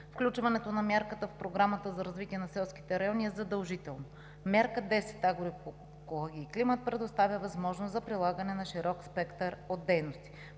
Включването на мярката в Програмата за развитие на селските райони е задължително. Мярка 10 „Агроекология и климат“ предоставя възможност за прилагане на широк спектър от дейности.